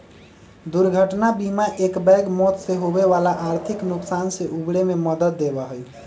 दुर्घटना बीमा एकबैग मौत से होवे वाला आर्थिक नुकसान से उबरे में मदद देवा हई